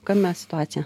kame situacija